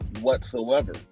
whatsoever